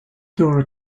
dora